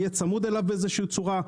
שיהיה צמוד אליו באיזו צורה.